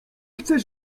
chce